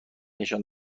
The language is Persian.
نشان